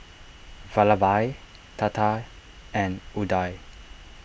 Vallabhbhai Tata and Udai